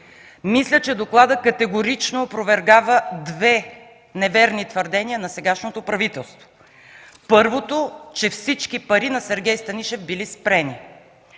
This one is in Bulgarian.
Мисля, че докладът категорично опровергава две неверни твърдения на сегашното правителство. Първото е, че всички пари на Сергей Станишев били спрени.